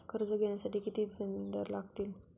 कर्ज घेण्यासाठी किती जामिनदार लागतील?